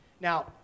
Now